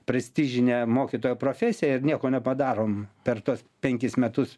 prestižinę mokytojo profesiją ir nieko nepadarom per tuos penkis metus